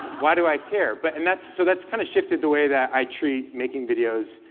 why do i care? but, and that's so that's kind of shifted the way that i treat making videos,